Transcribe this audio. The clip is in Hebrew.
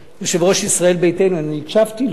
יושב-ראש ישראל ביתנו, אני הקשבתי לו.